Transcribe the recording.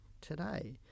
today